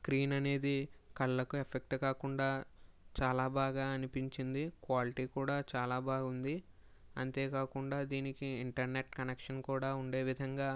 screen అనేది కళ్ళకు effect కాకుండా చాలా బాగా అనిపించింది క్వాలిటీ కూడా చాలా బాగుంది అంతేకాకుండా దీనికి ఇంటర్నెట్ కనెక్షన్ కూడా ఉండే విధంగా